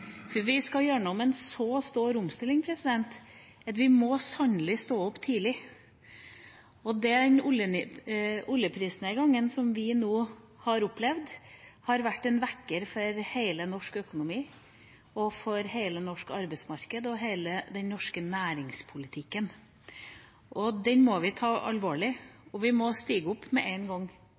for vi skal igjennom en så stor omstilling at vi sannelig må stå opp tidlig. Den oljeprisnedgangen vi nå har opplevd, har vært en vekker for hele den norske økonomien, for hele det norske arbeidsmarkedet og for hele den norske næringspolitikken. Den må vi ta alvorlig, og vi må stå opp med en gang,